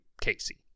casey